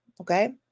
okay